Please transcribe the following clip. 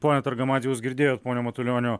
ponia targamadze jūs girdėjot pono matulionio